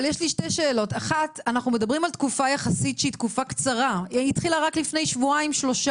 אנחנו מדברים על תקופה קצרה שהתחילה רק לפני חודש.